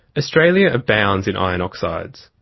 australia abounds in iron oxides.